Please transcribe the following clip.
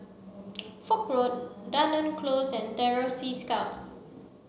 Foch Road Dunearn Close and Terror Sea Scouts